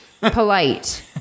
Polite